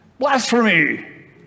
Blasphemy